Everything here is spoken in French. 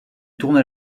tourna